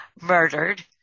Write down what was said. murdered